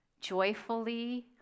joyfully